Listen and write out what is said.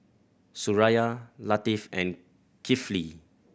Suraya Latif and Kifli